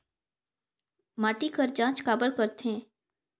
माटी कर जांच काबर करथे?